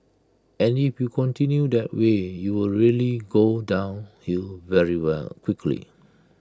and if you continue that way you will really go downhill very well quickly